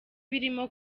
birimo